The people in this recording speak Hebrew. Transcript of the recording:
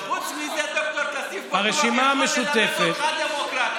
וחוץ מזה, ד"ר כסיף בטוח יכול ללמד אותך דמוקרטיה,